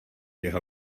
jeho